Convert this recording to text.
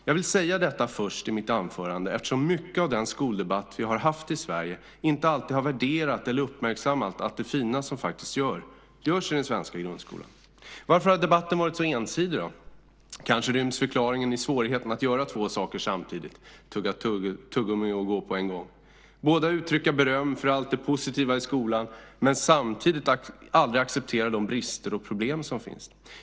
Jag vill säga detta först i mitt anförande eftersom mycket av den skoldebatt vi haft i Sverige inte alltid har värderat eller uppmärksammat allt det fina som faktiskt görs i den svenska grundskolan. Varför har då debatten varit så ensidig? Kanske ryms förklaringen i svårigheten att göra två saker samtidigt, att tugga tuggummi och gå på en gång - att både uttrycka beröm för allt det positiva i skolan och samtidigt aldrig acceptera de brister och problem som finns.